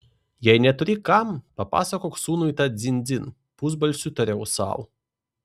jei neturi kam papasakok sūnui tą dzin dzin pusbalsiu tariau sau